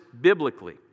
biblically